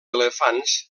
elefants